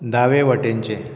दावे वटेनचें